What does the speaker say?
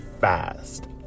fast